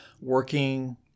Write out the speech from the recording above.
working